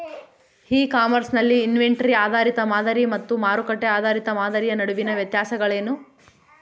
E commerce ನಲ್ಲಿ inventory ಆಧಾರಿತ ಮಾದರಿ ಮತ್ತು ಮಾರುಕಟ್ಟೆ ಆಧಾರಿತ ಮಾದರಿಯ ನಡುವಿನ ವ್ಯತ್ಯಾಸಗಳೇನು?